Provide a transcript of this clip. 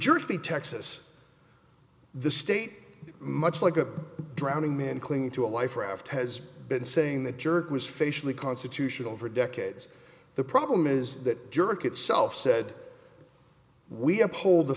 jersey texas the state much like a drowning man clinging to a life raft has been saying the jerk was facially constitutional for decades the problem is that jerk itself said we uphold the